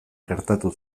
gertatu